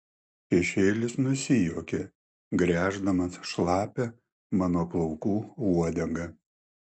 šešėlis nusijuokė gręždamas šlapią mano plaukų uodegą